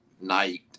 night